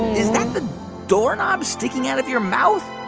is that the door knob sticking out of your mouth?